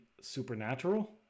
supernatural